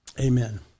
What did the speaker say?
Amen